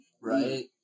right